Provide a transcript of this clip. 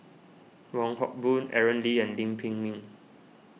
Wong Hock Boon Aaron Lee and Lim Pin Min